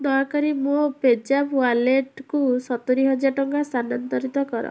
ଦୟାକରି ମୋ ପେଜାଆପ୍ ୱାଲେଟକୁ ସତୁରି ହଜାର ଟଙ୍କା ସ୍ଥାନାନ୍ତରିତ କର